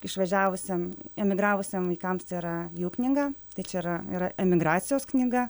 išvažiavusiem emigravusiem vaikams tai yra jų knyga tai čia yra ir emigracijos knyga